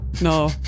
No